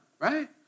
Right